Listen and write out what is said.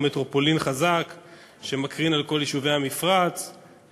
כמטרופולין חזקה שמקרינה על כל יישובי המפרץ,